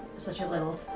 such a little